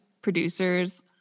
producers